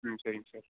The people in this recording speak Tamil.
ம் சரிங்க சார்